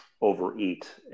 overeat